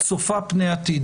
צופה פני עתיד